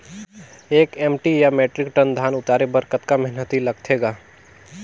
एक एम.टी या metric tonne धन उतारे बर कतका मेहनती लगथे ग?